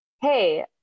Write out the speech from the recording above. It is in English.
hey